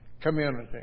community